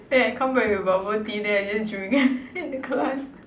then I come back with bubble tea then I just drink in the class